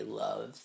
love